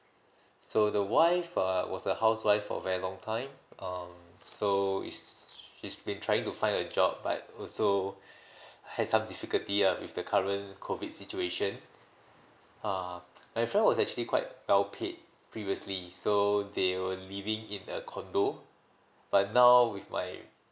so the wife err was a housewife for very long time um so is she's been trying to find a job but also has some difficulty ah with the current COVID situation uh my friend was actually quite well paid previously so they were living in a condo but now with my